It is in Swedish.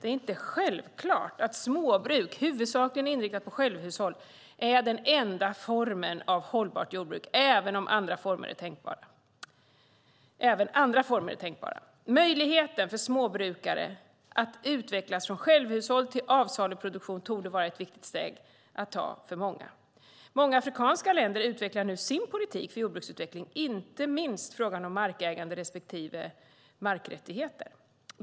Det är inte självklart att småbruk huvudsakligen inriktade på självhushåll är den enda formen av hållbart jordbruk. Även andra former är tänkbara. Möjligheten för småbrukare att utvecklas från självhushåll till avsaluproduktion torde vara ett viktigt steg att ta för många. Många afrikanska länder utvecklar nu sin politik för jordbruksutveckling, inte minst frågan om markägande respektive markrättigheter.